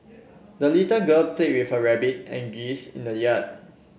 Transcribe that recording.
the little girl play with her rabbit and geese in the yard